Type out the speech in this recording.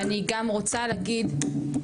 אני גם רוצה להגיד,